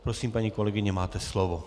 Prosím, paní kolegyně, máte slovo.